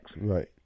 Right